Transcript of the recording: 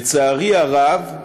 לצערי הרב,